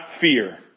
fear